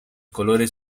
colores